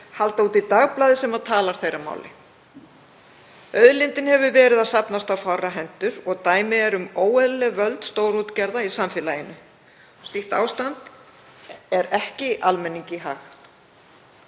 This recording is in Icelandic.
halda úti dagblaði sem talar þeirra máli. Auðlindin hefur verið að safnast á fárra hendur og dæmi eru um óeðlileg völd stórútgerða í samfélaginu. Slíkt ástand er ekki almenningi í hag.